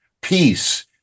Peace